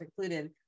included